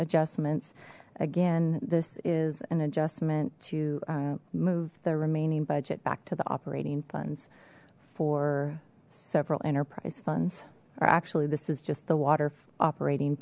adjustments again this is an adjustment to move the remaining budget back to the operating funds for several enterprise funds or actually this is just the water operating